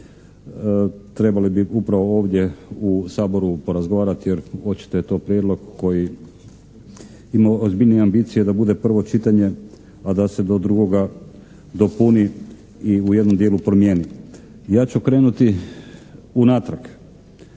trebali bi upravo ovdje u Saboru porazgovarati jer očito je to prijedlog koji ima ozbiljnije ambicije da bude prvo čitanje, a da se do drugoga dopuni i u jednom dijelu promijeni. Ja ću krenuti unatrag.